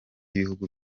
y’ibihugu